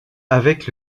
avec